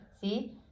see